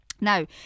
Now